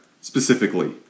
specifically